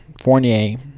Fournier